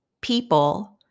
people